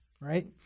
right